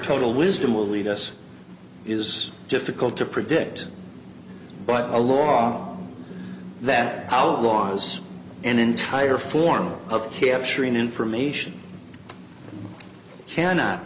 total wisdom will lead us is difficult to predict but a law that outlaws an entire form of capturing information cannot